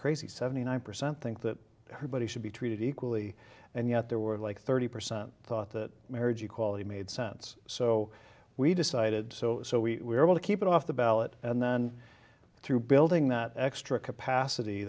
crazy seventy nine percent think that her body should be treated equally and yet there were like thirty percent thought that marriage equality made sense so we decided so so we were able to keep it off the ballot and then through building that extra capacity